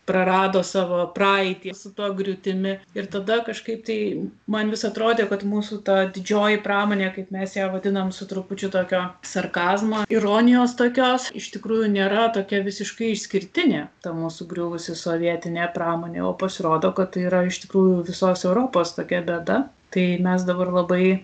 prarado savo praeitį su ta griūtimi ir tada kažkaip tai man vis atrodė kad mūsų ta didžioji pramonė kaip mes ją vadinam su trupučiu tokio sarkazmo ironijos tokios iš tikrųjų nėra tokia visiškai išskirtinė ta mūsų sugriuvusi sovietinė pramonė o pasirodo kad tai yra iš tikrųjų visos europos tokia bėda tai mes dabar labai